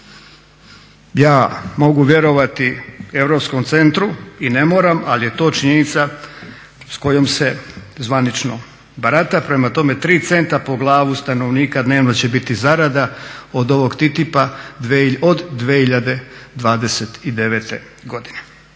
Ja mogu vjerovati Europskom centru i ne moram, ali je to činjenica s kojom se zvanično barata. Prema tome, 3 centa po glavu stanovnika dnevno će biti zarada od ovog TTIP-a od 2029. godine.